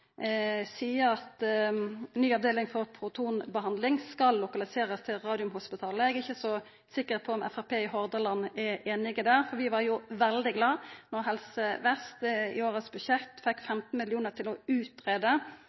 at ny avdeling for protonbehandling skal verta lokalisert til Radiumhospitalet. Eg er ikkje så sikker på om Framstegspartiet i Hordaland er einig i det, for vi var veldig glade då Helse Vest i årets budsjett fekk 15 mill. kr til å